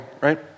right